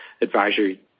advisory